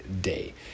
day